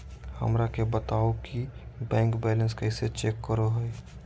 हमरा के बताओ कि बैंक बैलेंस कैसे चेक करो है?